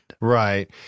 Right